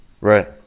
Right